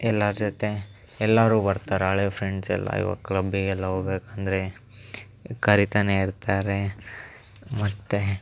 ಎಲ್ಲರ ಜೊತೆ ಎಲ್ಲರೂ ಬರ್ತಾರೆ ಹಳೆಯ ಫ್ರೆಂಡ್ಸ್ ಎಲ್ಲ ಇವಾಗ ಕ್ಲಬ್ಬಿಗೆಲ್ಲ ಹೋಬೇಕು ಅಂದರೆ ಕರೀತಾನೆ ಇರ್ತಾರೆ ಮತ್ತು